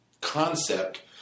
concept